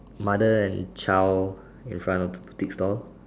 mother and child in front of the boutique store